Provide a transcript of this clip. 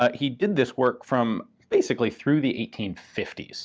ah he did this work from basically through the eighteen fifty